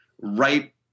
right